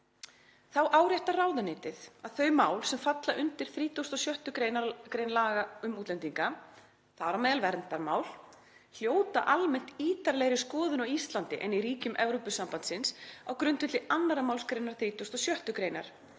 „Þá áréttar ráðuneytið að þau mál sem falla undir 36. gr. laga um útlendinga, þ.á.m. verndarmál, hljóta almennt ítarlegri skoðun á Íslandi en í ríkjum Evrópusambandsins á grundvelli 2. mgr. 36. gr. þar